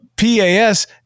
PAS